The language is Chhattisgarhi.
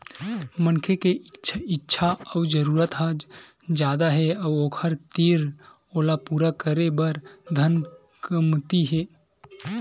मनखे के इच्छा अउ जरूरत ह जादा हे अउ ओखर तीर ओला पूरा करे बर धन कमती हे